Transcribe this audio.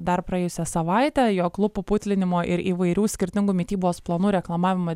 dar praėjusią savaitę jog lūpų putlinimo ir įvairių skirtingų mitybos planų reklamavimą